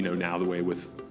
now the way with.